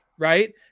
right